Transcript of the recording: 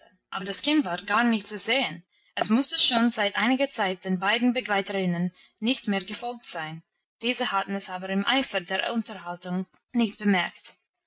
aber das kind war gar nicht zu sehen es musste schon seit einiger zeit den beiden begleiterinnen nicht mehr gefolgt sein diese hatten es aber im eifer der unterhaltung nicht bemerkt